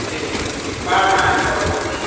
जी बादमे अहाँकेँ कौल करैत छी